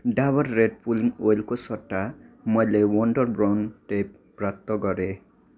Dabur red pulling ओइलको सट्टा मैले वन्डर ब्राउन टेप प्राप्त गरेँ